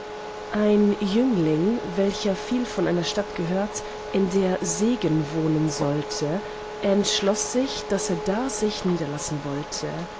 ein jüngling welcher viel von einer stadt gehört in der der segen wohnen sollte entschloß sich daß er da sich niederlassen wollte